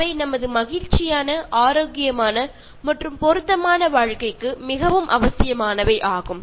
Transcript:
ഇതൊക്കെ നമുക്ക് ഫ്രീ ആയും പ്രകൃതിദത്തമായും ഉപയോഗിക്കാൻ കഴിയുമ്പോഴാണ് നമുക്ക് നല്ലതുപോലെ ജീവിക്കാൻ സാധിക്കുന്നത്